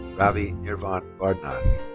ravi nirvan um